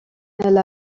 elle